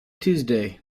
tuesday